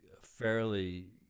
fairly